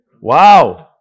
Wow